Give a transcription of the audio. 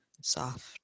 soft